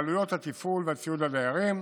בעלויות התפעול והציוד לדיירים.